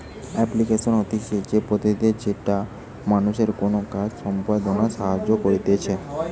application হতিছে সে পদ্ধতি যেটা মানুষকে কোনো কাজ সম্পদনায় সাহায্য করতিছে